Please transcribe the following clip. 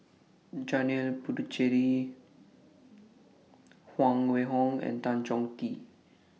Janil Puthucheary Huang Wenhong and Tan Chong Tee